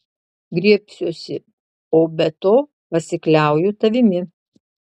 griebsiuosi o be to pasikliauju tavimi